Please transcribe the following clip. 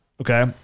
Okay